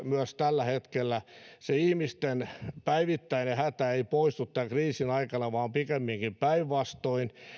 myös tällä hetkellä se ihmisten päivittäinen hätä ei poistu tämän kriisin aikana vaan pikemminkin päinvastoin